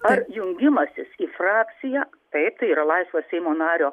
ar jungimasis į frakciją taip tai yra laisvas seimo nario